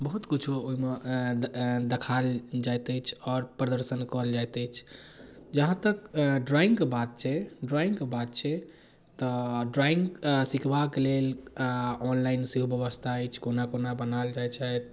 बहुत किछु ओहिमे देखाएल जाइत अछि आओर प्रदर्शन करल जाइत अछि जहाँ तक ड्राइङ्गके बात छै ड्राइङ्गके बात छै तऽ ड्राइङ्ग सिखबाके लेल ऑनलाइन सेहो बेबस्था अछि कोना कोना बनाएल जाइ छथि